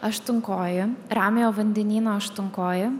aštunkojį ramiojo vandenyno aštunkojį